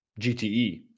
gte